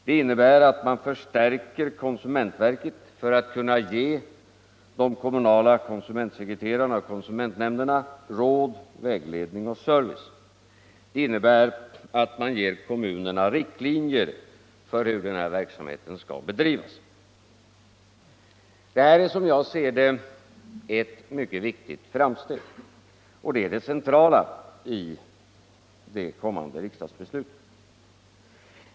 Det innebär att man förstärker konsumentverket för att det skall kunna ge de kommunala konsumentsekreterarna och konsumentnämnderna råd, vägledning och service. Det innebär att man ger kommunerna riktlinjer för hur den här verksamheten skall bedrivas. Detta är som jag ser det ett mycket viktigt framsteg, och det är det centrala i det kommande riksdagsbeslutet.